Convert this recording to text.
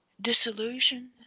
disillusion